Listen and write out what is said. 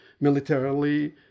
militarily